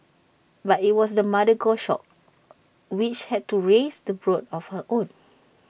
but IT was the mother goshawk which had to raise the brood on her own